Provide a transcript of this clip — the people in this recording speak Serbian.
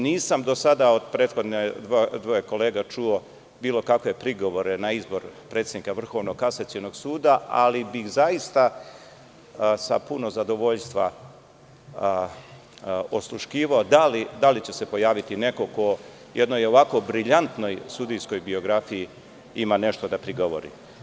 Nisam do sada od prethodnih dvoje kolega čuo bilo kakve prigovore na izbor predsednika Vrhovnog kasacionog suda, ali bih zaista sa puno zadovoljstva osluškivao da li će se pojaviti neko ko jednoj ovako briljantnoj sudijskoj biografiji ima nešto da prigovori.